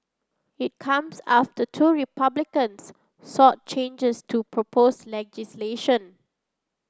it comes after two Republicans sought changes to propose legislation